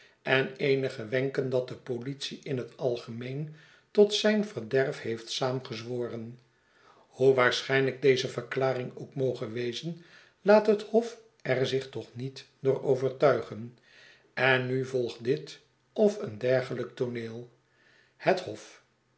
en eenige wenken dat de politie in het algemeen tot zijn verderf heeft saamgezworen hoe waarschijnlijk deze verklaring ook moge wezen laat het hof er zich toch niet door overtuigen en nu volgt dit of een dergelyk tooneel het hof